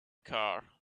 car